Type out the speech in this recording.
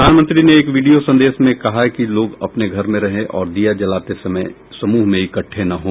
प्रधानमंत्री ने एक वीडियो संदेश में कहा कि लोग अपने घर में रहें और दिया जलाते समय समूह में इकट्टे न हों